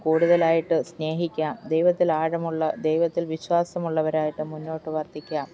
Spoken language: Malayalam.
കൂടുതലായിട്ട് സ്നേഹിക്കാം ദൈവത്തിലാഴമുള്ള ദൈവത്തിൽ വിശ്വാസമുള്ളവരായിട്ട് മുന്നോട്ടു വർത്തിയ്ക്കാം